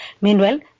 Meanwhile